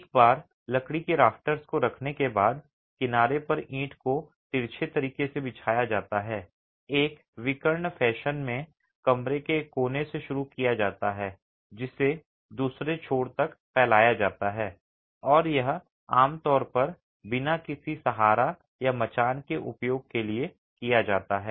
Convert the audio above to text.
एक बार लकड़ी के राफ्टर्स को रखने के बाद किनारे पर ईंट को तिरछे तरीके से बिछाया जाता है एक विकर्ण फैशन में कमरे के एक कोने से शुरू किया जाता है जिसे दूसरे छोर तक फैलाया जाता है और यह आमतौर पर बिना किसी सहारा या मचान के उपयोग के लिए किया जाता है